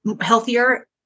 healthier